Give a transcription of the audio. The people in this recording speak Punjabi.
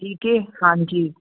ਠੀਕ ਹੈ ਹਾਂਜੀ